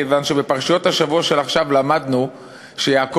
כיוון שבפרשיות השבוע של עכשיו למדנו שיעקב,